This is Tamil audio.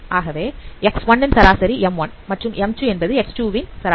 ஆகவே X1 ன் சராசரி m1 மற்றும் m2 என்பது X2 ன் சராசரி